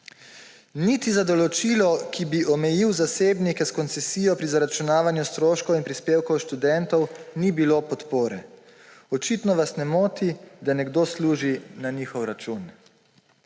Niti za določilo, ki bi omejilo zasebnike s koncesijo pri zaračunavanju stroškov in prispevkov študentov, ni bilo podpore. Očitno vas ne moti, da nekdo služi na njihov račun.